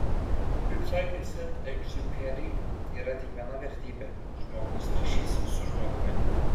kaip sakė sent egziuperi yra tik viena vertybė žmogaus ryšys su žmogumi